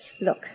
Look